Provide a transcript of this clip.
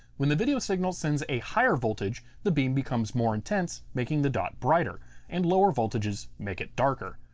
when the video signal sends a higher voltage the beam becomes more intense making the dot brighter and lower voltages make it darker.